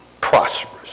prosperous